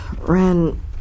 Ren